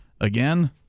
Again